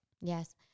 Yes